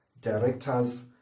directors